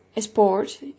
sport